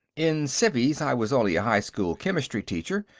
in civvies, i was only a high school chemistry teacher.